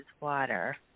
Water